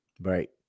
Right